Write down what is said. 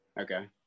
Okay